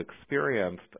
experienced